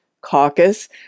caucus